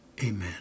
Amen